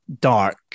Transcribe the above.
dark